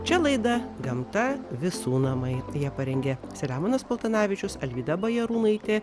čia laida gamta visų namai ją parengė selemonas paltanavičius alvyda bajarūnaitė